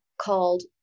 called